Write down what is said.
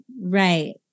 Right